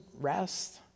Rest